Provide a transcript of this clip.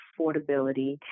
affordability